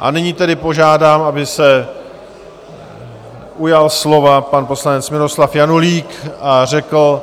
A nyní tedy požádám, aby se ujal slova pan poslanec Miloslav Janulík a řekl